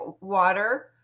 water